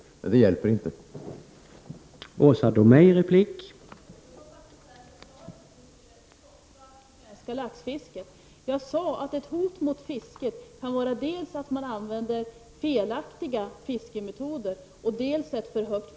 Men det hjälper inte.